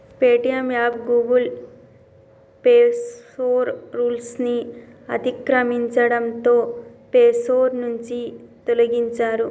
Paytm app Google play store rules ని అతిక్రమించడంతో play store నుంచి తొలగించారు